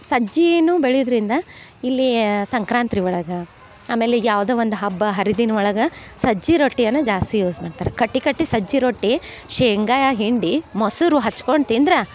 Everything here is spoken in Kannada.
ಸಜ್ಜೀನು ಬೆಳೆಯುದರಿಂದ ಇಲ್ಲಿ ಸಂಕ್ರಾಂತಿ ಒಳಗೆ ಆಮೇಲೆ ಯಾವುದೋ ಒಂದು ಹಬ್ಬ ಹರಿದಿನ ಒಳಗೆ ಸಜ್ಜಿ ರೊಟ್ಟಿಯನ ಜಾಸ್ತಿ ಯೂಝ್ ಮಾಡ್ತಾರೆ ಕಟ್ಟಿ ಕಟ್ಟಿ ಸಜ್ಜಿ ರೊಟ್ಟಿ ಶೇಂಗ ಹಿಂಡಿ ಮೊಸರು ಹಚ್ಕೊಂಡು ತಿಂದ್ರಾ